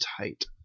tight